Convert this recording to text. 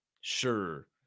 Sure